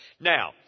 Now